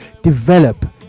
develop